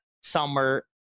summer